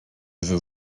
veux